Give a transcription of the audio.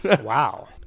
Wow